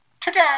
Today